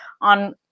on